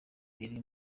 thierry